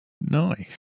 Nice